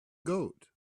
goat